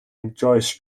enjoys